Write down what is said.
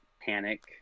panic